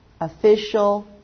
Official